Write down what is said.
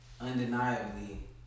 undeniably